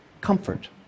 Comfort